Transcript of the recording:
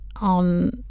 on